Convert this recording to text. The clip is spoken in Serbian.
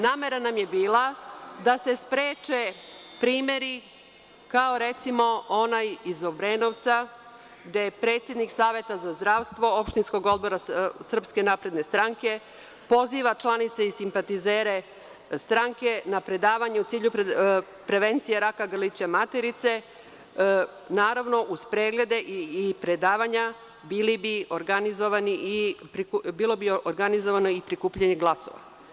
Namera nam je bila da se spreče primeri kao recimo onaj iz Obrenovca gde je predsednik Saveta za zdravstvo opštinskog odbora SNS poziva članice i simpatizere stranke na predavanje u cilju prevencije raka grlića materice, naravno, uz preglede i predavanja i bilo bi organizovano i prikupljanje glasova.